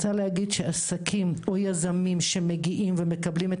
יזמים שעוברים את